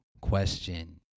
question